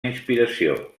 inspiració